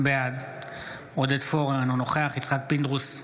בעד עודד פורר, אינו נוכח יצחק פינדרוס,